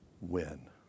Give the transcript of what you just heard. win